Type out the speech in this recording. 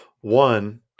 One